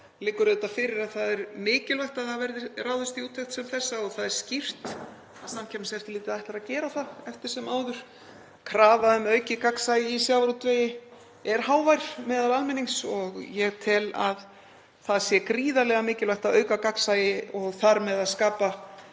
liggur fyrir að það er mikilvægt að það verði ráðist í úttekt sem þessa og það er skýrt að Samkeppniseftirlitið ætlar að gera það eftir sem áður. Krafa um aukið gagnsæi í sjávarútvegi er hávær meðal almennings og ég tel að það sé gríðarlega mikilvægt að auka gagnsæi og þar með að skapa